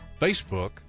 Facebook